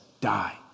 die